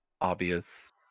obvious